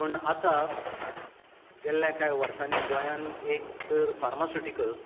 पुण आतां गेल्या कांय वर्सांनी गोंयांत एक फार्मासकूटिकल्स